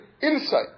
insight